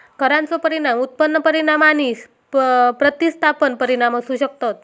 करांचो परिणाम उत्पन्न परिणाम आणि प्रतिस्थापन परिणाम असू शकतत